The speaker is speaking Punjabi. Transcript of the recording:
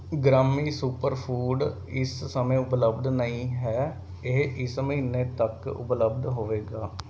ਗ੍ਰਾਮੀ ਸੁਪਰਫੂਡ ਇਸ ਸਮੇਂ ਉਪਲਬਧ ਨਹੀਂ ਹੈ ਇਹ ਇਸ ਮਹੀਨੇ ਤੱਕ ਉਪਲਬਧ ਹੋਵੇਗਾ